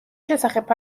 შესახებ